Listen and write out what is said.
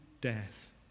death